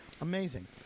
Amazing